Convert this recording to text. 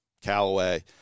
Callaway